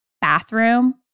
bathroom